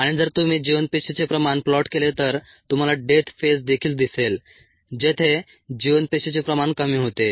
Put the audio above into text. आणि जर तुम्ही जिवंत पेशीचे प्रमाण प्लॉट केले तर तुम्हाला डेथ फेज देखील दिसेल जेथे जिवंत पेशीचे प्रमाण कमी होते